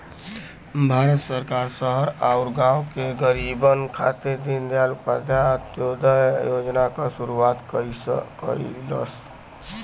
भारत सरकार शहर आउर गाँव के गरीबन खातिर दीनदयाल उपाध्याय अंत्योदय योजना क शुरूआत कइलस